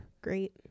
Great